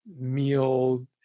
meal